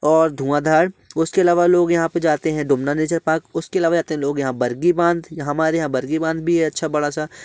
और धुआंधार उसके अलावा लोग यहाँ पे जाते हैं डुमना नेचर पार्क उसके अलावा जाते हैं लोग यहाँ बरगी बाँध हमारे यहाँ बरगी बाँध भी है अच्छा बड़ा सा